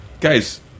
guys